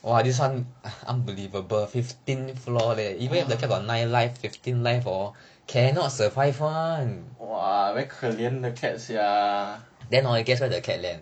!wah! very 可怜 the cat sia